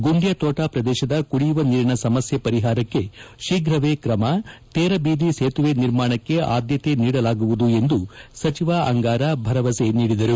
ಗುಂಡ್ಕತೋಟ ಪ್ರದೇಶದ ಕುಡಿಯುವ ನೀರಿನ ಸಮಸ್ಕೆ ಪರಿಹಾರಕ್ಕೆ ಶೀಘ್ರವೇ ಕ್ರಮ ತೇರಬೀದಿ ಸೇತುವೆ ನಿರ್ಮಾಣಕ್ಕೆ ಆಧ್ಯತೆ ನೀಡಲಾಗುವುದು ಎಂದು ಸಚಿವ ಅಂಗಾರ ಭರವಸೆ ನೀಡಿದರು